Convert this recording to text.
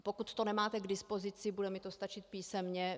Pokud to nemáte k dispozici, bude mi to stačit písemně.